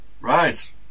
right